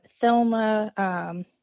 Thelma